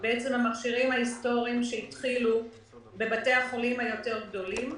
המכשירים ההיסטוריים התחילו בבתי החולים היותר גדולים,